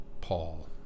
Paul